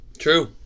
True